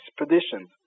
expeditions